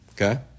okay